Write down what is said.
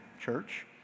church